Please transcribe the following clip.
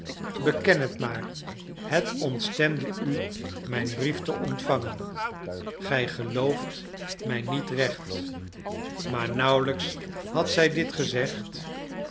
beken het maar het ontstemde u mijn brief te ontvangen gij geloofdet mij niet recht maar nauwelijks had zij dit gezegd